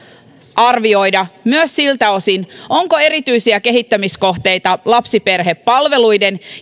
arvioida myös siltä osin onko erityisiä kehittämiskohteita lapsiperhepalveluiden